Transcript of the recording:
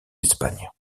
espagne